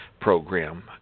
program